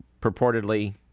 purportedly